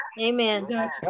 Amen